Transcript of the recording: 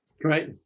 great